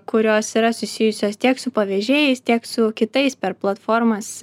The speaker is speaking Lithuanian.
kurios yra susijusios tiek su pavėžėjais tiek su kitais per platformas